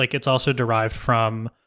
like it's also derived from